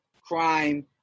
crime